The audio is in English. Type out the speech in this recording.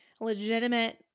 legitimate